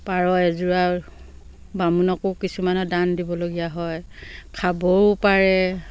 পাৰ এযোৰা বামুণকো কিছুমানৰ দান দিবলগীয়া হয় খাবও পাৰে